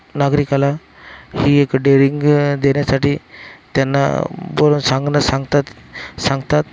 नागरिकाला ही एक डेरिंग देण्यासाठी त्यांना बोलून सांगण सांगतात सांगतात